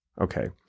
Okay